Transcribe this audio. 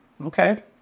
Okay